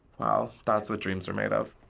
wow. that's what dreams are made of.